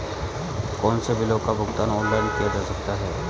कौनसे बिलों का भुगतान ऑनलाइन किया जा सकता है?